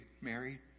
Mary